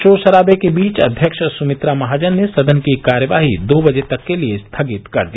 शोर शराबे के बीच अध्यक्ष सुमित्रा महाजन ने सदन की कार्यवाही दो बजे तक के लिए स्थगित कर दिया